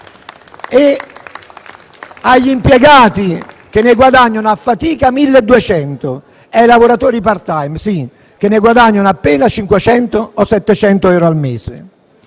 e impiegati, che ne guadagnano a fatica 1.200, e ai lavoratori *part-time* che guadagnano appena 500 o 700 euro al mese.